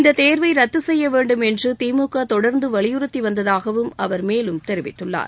இந்த தேர்வை ரத்து செய்ய வேண்டும் என்று திமுக தொடர்ந்து வலியுறத்தி வந்ததாகவும் அவர் மேலும் தெரிவித்துள்ளார்